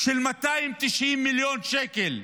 של 290 מיליון שקל,